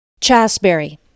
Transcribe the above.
Chasberry